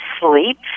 sleep